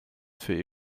für